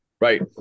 Right